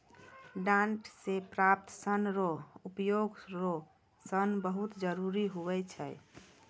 डांट से प्राप्त सन रो उपयोग रो सन बहुत जरुरी हुवै छै